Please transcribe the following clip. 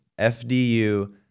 FDU